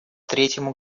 третьему